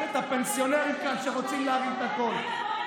הפנסיונרים כאן שרוצים להרים את הקול,